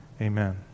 Amen